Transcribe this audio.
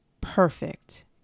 perfect